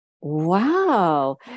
Wow